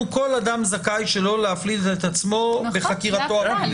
שכל אדם זכאי שלא להפליל את עצמו בחקירתו הפלילית.